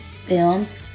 films